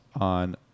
on